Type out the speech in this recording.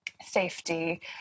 safety